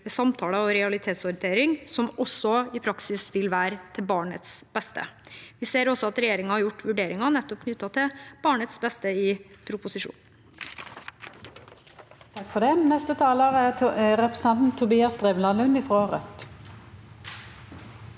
samtaler og realitetsorientering, som også i praksis vil være til barnets beste. Vi ser at regjeringen har gjort vurderinger knyttet til nettopp barnets beste i proposisjonen.